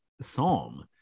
psalm